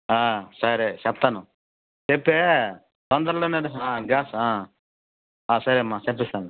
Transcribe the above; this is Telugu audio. సరే చెప్తాను చెప్తే తొందరలోనే గ్యాస్ సరేమ్మా చెప్పిస్తాను